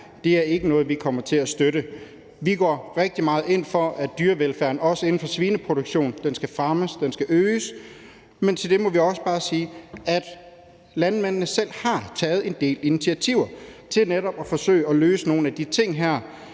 her er ikke noget, vi kommer til at støtte. Vi går rigtig meget ind for, at dyrevelfærden også inden for svineproduktion skal fremmes og øges, men til det må vi også bare sige, at landmændene selv har taget en del initiativer til netop at forsøge at løse nogle af de her